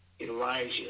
Elijah